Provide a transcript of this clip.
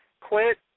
Quit